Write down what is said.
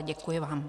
Děkuji vám.